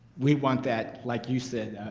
we want that, like you said,